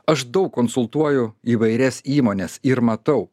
aš daug konsultuoju įvairias įmones ir matau